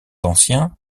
anciens